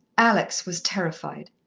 alex was terrified.